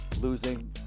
losing